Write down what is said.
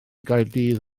gaerdydd